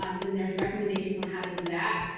um then there's recommendations on how to do that.